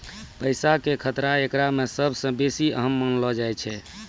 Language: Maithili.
पैसा के खतरा एकरा मे सभ से बेसी अहम मानलो जाय छै